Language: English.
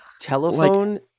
Telephone